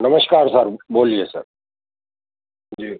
नमस्कार सर बोलिए सर जी